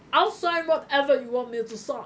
I'll sign whatever you want me to sign